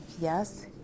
yes